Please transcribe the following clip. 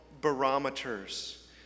barometers